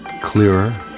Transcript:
clearer